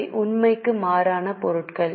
இவை உண்மைக்கு மாறான பொருட்கள்